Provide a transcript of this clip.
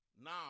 Now